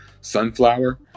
sunflower